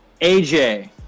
AJ